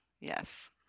Yes